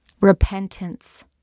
repentance